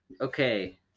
Okay